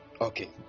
okay